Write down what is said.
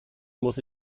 muss